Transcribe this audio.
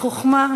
החוכמה,